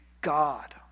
God